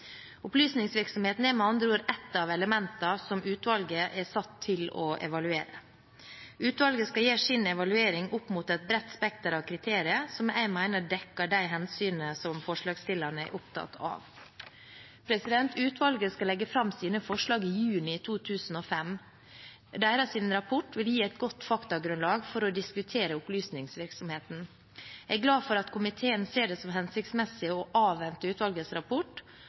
Opplysningsvirksomheten er med andre ord ett av elementene som utvalget er satt til å evaluere. Utvalget skal gjøre sin evaluering opp mot et bredt spekter av kriterier som jeg mener dekker de hensynene som forslagsstillerne er opptatt av. Utvalget skal legge fram sine forslag i juni 2015. Deres rapport vil gi et godt faktagrunnlag for å diskutere opplysningsvirksomheten. Jeg er glad for at komiteen ser det som hensiktsmessig å avvente utvalgets rapport.